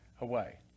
away